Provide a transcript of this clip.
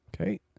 okay